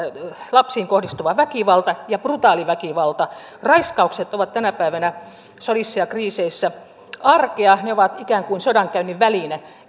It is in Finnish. lapsiin kohdistuva väkivalta ja brutaali väkivalta raiskaukset ovat tänä päivänä sodissa ja kriiseissä arkea ne ovat ikään kuin sodankäynnin väline niin